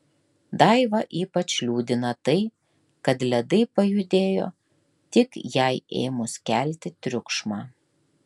daivą ypač liūdina tai kad ledai pajudėjo tik jai ėmus kelti triukšmą